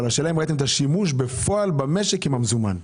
אבל השאלה אם ראיתם בפועל את השימוש במזומן במשק,